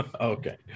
Okay